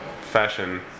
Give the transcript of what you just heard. fashion